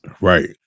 Right